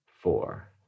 four